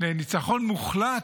לניצחון מוחלט?